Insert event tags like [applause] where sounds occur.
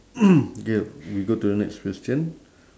[coughs] okay we go to the next question